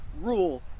rule